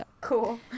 Cool